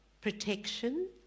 protection